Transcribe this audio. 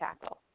tackle